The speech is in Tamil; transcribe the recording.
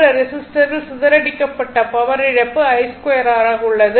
R என்ற ரெஸிஸ்டரில் சிதறடிக்கப்பட்ட பவர் இழப்பு I2 R ஆக உள்ளது